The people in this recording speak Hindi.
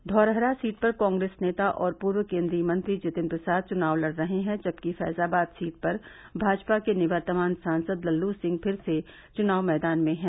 धौरहरा सीट पर कांग्रेस नेता और पूर्व केन्द्रीय मंत्री जितिन प्रसाद चुनाव लड़ रहे हैं जबकि फैजाबाद सीट पर भाजपा के निवर्तमान सांसद लल्लू सिंह फिर से चुनाव मैदान में हैं